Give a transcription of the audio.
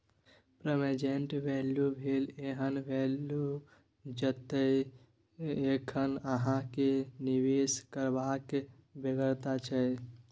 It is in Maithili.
प्रेजेंट वैल्यू भेल एहन बैल्यु जतय एखन अहाँ केँ निबेश करबाक बेगरता छै